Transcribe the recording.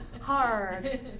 Hard